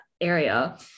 area